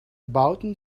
bauten